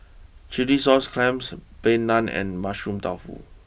Chilli Sauce Clams Plain Naan and Mushroom Tofu